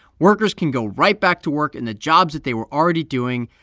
workers can go right back to work in the jobs that they were already doing.